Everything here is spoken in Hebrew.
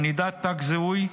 ענידת תג זיהוי,